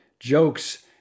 jokes